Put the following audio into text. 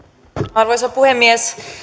arvoisa puhemies